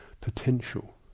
potential